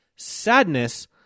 Sadness